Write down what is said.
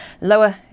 lower